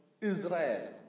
Israel